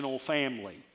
family